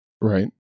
Right